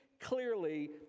clearly